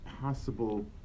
possible